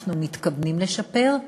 אנחנו מתכוונים לשפר,